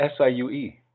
SIUE